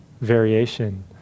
variation